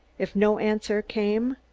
if no answer came,